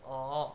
oh